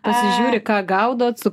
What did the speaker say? pasižiūri ką gaudot su